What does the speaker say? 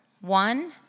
One